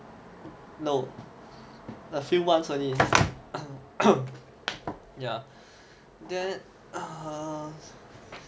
no a few months only ya then err